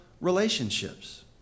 relationships